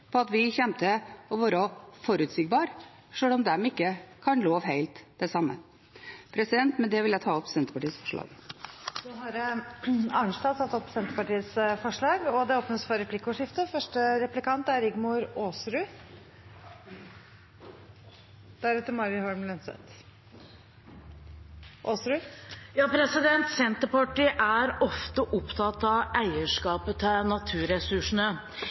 på at vi kommer til å være forutsigbare, sjøl om de ikke kan love helt det samme. Med det vil jeg ta opp Senterpartiets forslag. Da har representanten Marit Arnstad tatt opp de forslagene hun refererte til. Det blir replikkordskifte. Senterpartiet er ofte opptatt av eierskapet til naturressursene. I de siste dagene har vi sett at regjeringen legger opp til